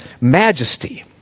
majesty